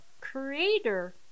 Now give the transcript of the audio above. Creator